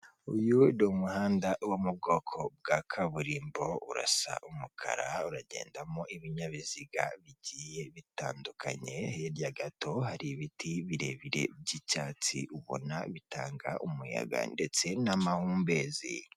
Uyu ni umuhanda wo mubwoko bwa kaburimbo, urasa umukara ,uragendamo ibinyabiziga bigiye bitandukanye hirya gato hari ibiti birebire by' icyatsi ubona bitanga umuyaga ndetse n'amahumbezi.